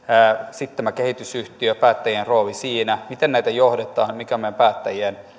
sitten tämä kehitysyhtiö ja päättäjien rooli siinä miten näitä johdetaan mikä on meidän päättäjien